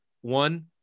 one